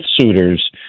suitors